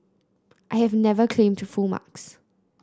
I have never claim to full marks